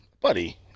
Buddy